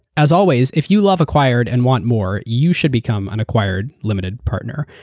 as always, if you love acquired and want more, you should become an acquired limited partner.